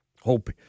hope